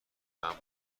ممنون